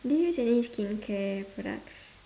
do you use any skincare products